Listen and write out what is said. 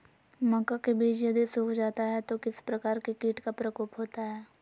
मक्का के बिज यदि सुख जाता है तो किस प्रकार के कीट का प्रकोप होता है?